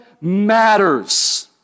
matters